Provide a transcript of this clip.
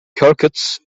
croquettes